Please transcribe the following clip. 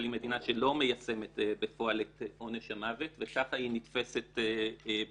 היא מדינה שלא מיישמת בפועל את עונש המוות וככה היא נתפסת בעולם.